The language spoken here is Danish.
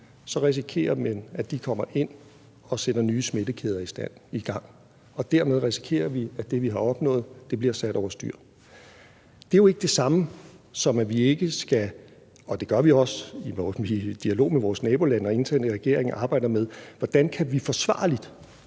risikerer, at de kommer ind og sætter nye smittekæder i gang. Og dermed risikerer vi, at det, vi har opnået, bliver sat over styr. Det er jo ikke det samme som, at vi ikke skal arbejde med – og det gør vi også i dialog med vores nabolande og internt i regeringen – hvordan vi forsvarligt